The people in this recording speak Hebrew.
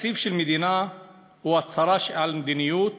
תקציב של מדינה הוא הצהרה על המדיניות